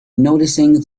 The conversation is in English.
noticing